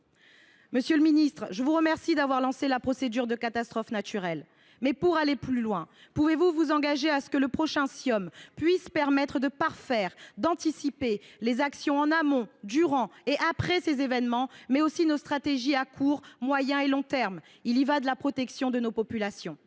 Monsieur le ministre d’État, je vous remercie d’avoir lancé la procédure de catastrophe naturelle. Pour aller plus loin, pouvez vous vous engager à ce que le prochain Ciom (comité interministériel des outre mer) permette de parfaire et d’anticiper les actions en amont, durant et après ces événements, mais aussi nos stratégies à court, moyen et long termes ? Il y va de la protection de nos populations